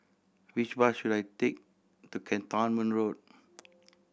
which bus should I take to Cantonment Road